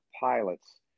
pilots